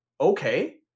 okay